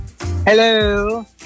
Hello